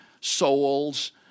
souls